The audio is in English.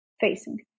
facing